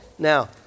Now